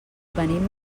venim